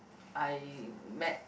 I met